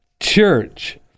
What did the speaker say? church